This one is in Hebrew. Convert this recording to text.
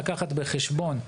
החקלאות.